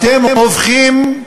אתם הופכים,